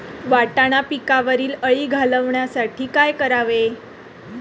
वाटाणा पिकावरील अळी घालवण्यासाठी काय करावे?